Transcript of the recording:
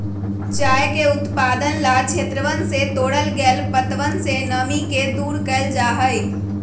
चाय के उत्पादन ला क्षेत्रवन से तोड़ल गैल पत्तवन से नमी के दूर कइल जाहई